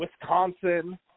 Wisconsin